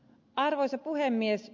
arvoisa puhemies